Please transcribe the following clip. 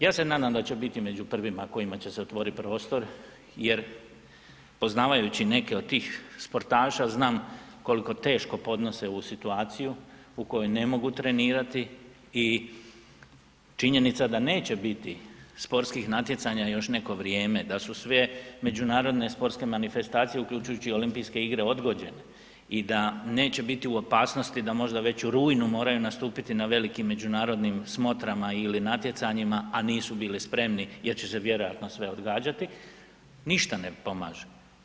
Ja se nadam da će biti među prvima kojima će se otvoriti prostor jer poznavajući neke od tih sportaša znam koliko teško podnose ovu situaciju u kojoj ne mogu trenirati i činjenica da neće biti sportskih natjecanja još neko vrijeme, da su sve međunarodne sportske manifestacije uključujući i olimpijske igre odgođene i da neće biti u opasnosti da možda već u rujnu moraju nastupiti na velikim međunarodnim smotrama ili natjecanjima, a nisu bili spremni jer će se vjerojatno sve odgađati, ništa ne pomaže.